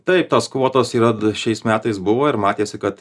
taip tos kvotos yra šiais metais buvo ir matėsi kad